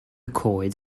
coed